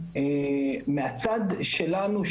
מהצד שלנו,